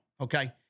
okay